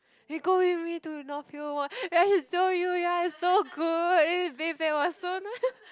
hey go with me to North Hill leh ya he's so you ya is so good eh bathe there !wah! soon